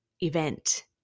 event